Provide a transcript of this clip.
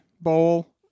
Bowl